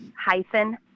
hyphen